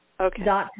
Okay